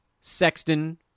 Sexton